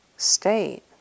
state